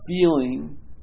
feeling